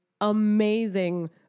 amazing